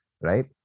right